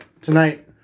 tonight